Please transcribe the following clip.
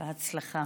בהצלחה.